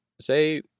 say